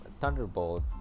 Thunderbolt